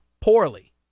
poorly